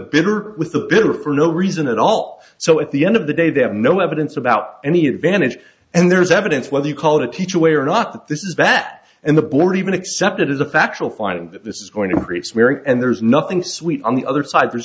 bitter with the bitter for no reason at all so at the end of the day they have no evidence about any advantage and there's evidence whether you call it a teacher way or not this is that and the blood even accepted as a factual finding that this is going to increase mary and there's nothing sweet on the other side there's